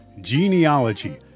Genealogy